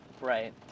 Right